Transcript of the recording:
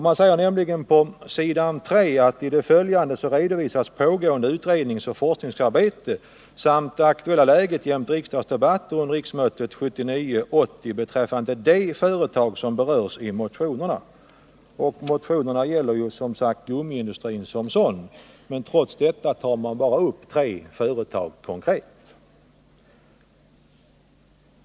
Man säger nämligen på s. 3: ”TI det följande redovisas pågående utredningsoch forskningsarbete samt det aktuella läget jämte riksdagsdebatter under riksmötet 1979/80 beträffande de företag som berörs i motionerna.” Motionerna gäller som sagt gummiindustrin som sådan, men trots det tar man konkret bara upp tre företag.